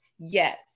yes